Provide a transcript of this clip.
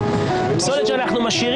שלא נוהגים